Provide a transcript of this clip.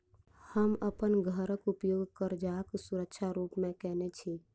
हम अप्पन घरक उपयोग करजाक सुरक्षा रूप मेँ केने छी